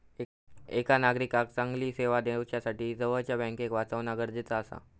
एका नागरिकाक चांगली सेवा दिवच्यासाठी जवळच्या बँकेक वाचवणा गरजेचा आसा